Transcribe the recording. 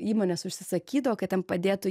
įmonės užsisakydavo kad ten padėtų